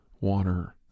water